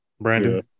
Brandon